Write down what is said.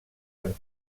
amb